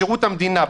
בשירות המדינה,